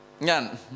Nyan